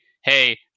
Hey